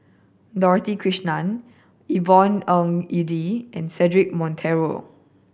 Dorothy Krishnan Yvonne Ng Uhde and Cedric Monteiro